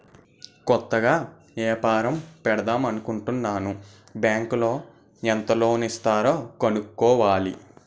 కొత్తగా ఏపారం పెడదామనుకుంటన్నాను బ్యాంకులో ఎంత లోను ఇస్తారో కనుక్కోవాల